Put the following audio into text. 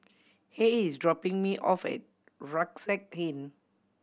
Rey is dropping me off at Rucksack Inn